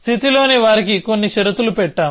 స్థితిలోని వారికి కొన్ని షరతులు పెట్టాం